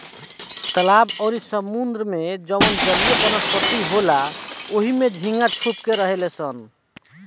तालाब अउरी समुंद्र में जवन जलीय वनस्पति होला ओइमे झींगा छुप के रहेलसन